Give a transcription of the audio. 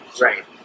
Right